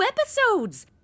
episodes